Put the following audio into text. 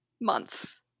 months